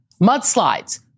Mudslides